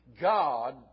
God